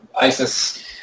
ISIS